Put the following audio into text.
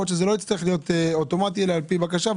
אולי זה לא צריך להיות אוטומטי אלא על פי בקשה.